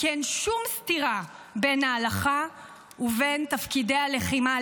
כי אין שום סתירה בין ההלכה ובין תפקידי הלחימה,